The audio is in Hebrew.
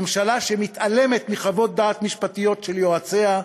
ממשלה שמתעלמת מחוות דעת משפטיות של יועציה,